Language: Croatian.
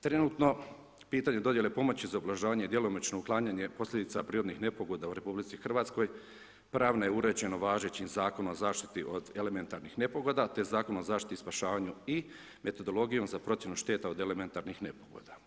Trenutno, pitanje dodjele pomoći za ugrožavanje djelomično uklanjanje posljedica prirodnih nepogoda u RH, pravna je uređeno važećim zakonom, zaštiti od elementarnih nepogoda, te Zakon o zaštiti i spašavanju i metodologijom za procjene šteta od elementarnih nepogoda.